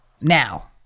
now